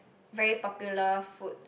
very popular foods